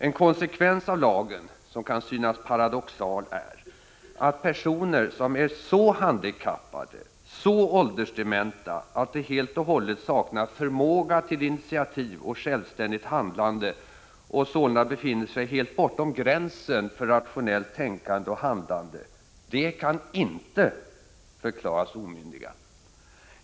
En konsekvens av lagen — som kan synas paradoxal — är att personer som är så handikappade, så åldersdementa att de helt och hållet saknar förmåga till initiativ och självständigt handlande och sålunda befinner sig helt bortom gränsen för rationellt tänkande och handlande icke kan förklaras omyndiga.